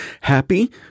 Happy